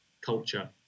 culture